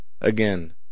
Again